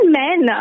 men